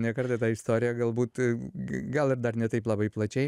ne kartą tą istoriją galbūt gal ir dar ne taip labai plačiai